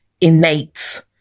innate